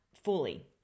fully